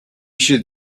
should